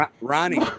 Ronnie